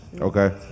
Okay